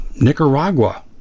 Nicaragua